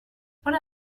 voilà